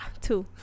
two